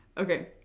okay